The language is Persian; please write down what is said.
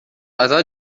غذا